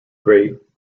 great